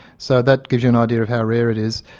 so that gives you an idea of how rare it is.